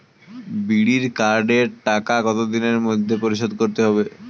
বিড়ির কার্ডের টাকা কত দিনের মধ্যে পরিশোধ করতে হবে?